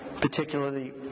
particularly